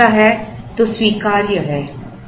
यदि ऐसा है तो स्वीकार्य है